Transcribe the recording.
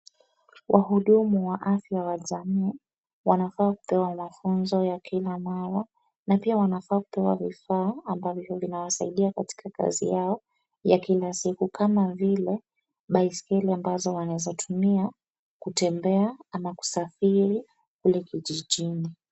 Wahudumu wa afya wa jamii wanafaa kupewa mafunzo ya kila mara na pia wanafaa kupewa vifaa ambavyo vinawasaidia katika kazi yao ya kila siku kama vile baiskeli ambazo wanaweza tumia kutembea ama kusafiri kule kijijini.